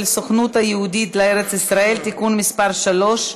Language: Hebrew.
הסוכנות היהודית לארץ-ישראל (תיקון מס' 3)